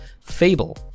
fable